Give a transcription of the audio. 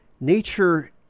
Nature